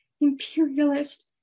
imperialist